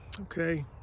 okay